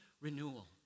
renewal